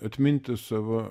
atminti savo